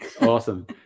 Awesome